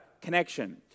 connection